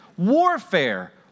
Warfare